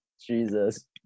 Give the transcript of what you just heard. Jesus